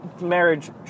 marriage